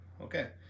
Okay